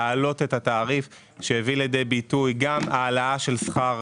להעלות את התעריף שיביא לידי ביטוי גם העלאה של שכר